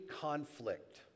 conflict